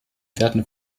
werden